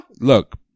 look